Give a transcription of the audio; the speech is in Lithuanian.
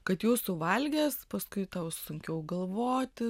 kad jų suvalgęs paskui tau sunkiau galvoti